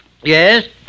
Yes